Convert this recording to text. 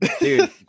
Dude